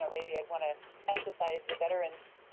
so maybe i'd wanna emphasize the veterans